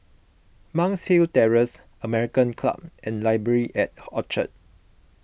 Monk's Hill Terrace American Club and Library at Orchard